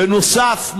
בנוסף,